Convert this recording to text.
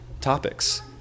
topics